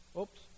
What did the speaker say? Oops